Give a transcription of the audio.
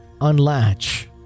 unlatch